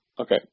okay